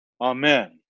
amen